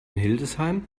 hildesheim